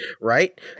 right